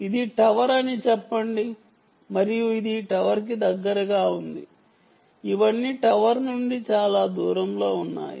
ఇది టవర్ అని చెప్పండి మరియు ఇది టవర్ కి దగ్గరగా ఉంది ఇవన్నీ టవర్ నుండి చాలా దూరంలో ఉన్నాయి